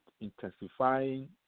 intensifying